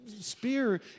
spear